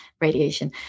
radiation